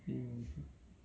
um